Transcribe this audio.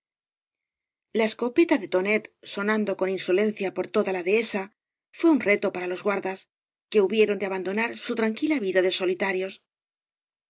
la escopeta de tooet sonando con insolencia por toda la dehesa fué un reto para los guardas que hubieron de abandonar su tranquila vida de solitarios